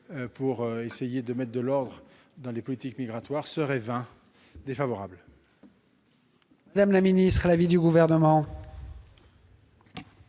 pour essayer de mettre de l'ordre dans les politiques migratoires seraient rendus vains